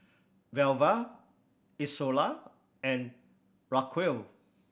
Velva Izola and Raquel